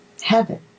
Heaven